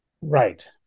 Right